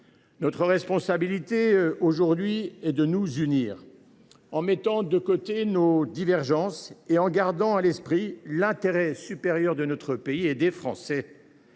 notre responsabilité est aujourd’hui de nous unir, en mettant de côté nos divergences et en gardant à l’esprit l’intérêt supérieur de notre pays et des Français.